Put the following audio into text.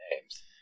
names